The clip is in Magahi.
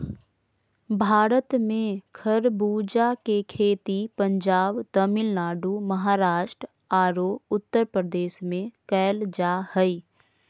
भारत में खरबूजा के खेती पंजाब, तमिलनाडु, महाराष्ट्र आरो उत्तरप्रदेश में कैल जा हई